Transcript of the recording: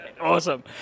Awesome